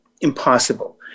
impossible